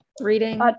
Reading